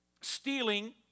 Stealing